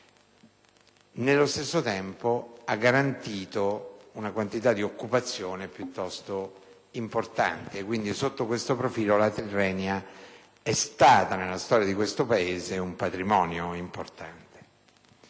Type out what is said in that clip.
Nello stesso tempo, essa ha garantito una quantità di occupazione piuttosto importante. Sotto questo profilo, quindi, la Tirrenia è stata nella storia di questo Paese un patrimonio importante.